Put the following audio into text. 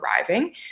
arriving